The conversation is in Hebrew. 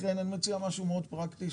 לכן אני מציע משהו מאוד פרקטי,